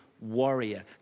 warrior